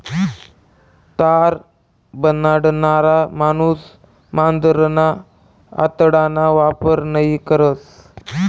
तार बनाडणारा माणूस मांजरना आतडाना वापर नयी करस